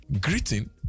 Greeting